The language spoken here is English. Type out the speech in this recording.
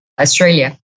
Australia